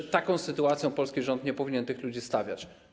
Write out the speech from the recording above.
W takiej sytuacji polski rząd nie powinien tych ludzi stawiać.